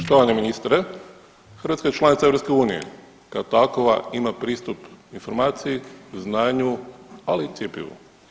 Štovani ministre, Hrvatska je članica EU, kao takva ima pristup informaciji, znanju, ali i cjepivu.